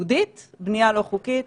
יהודית ובבנייה לא חוקית